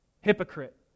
Hypocrite